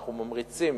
אנחנו ממריצים